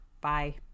Bye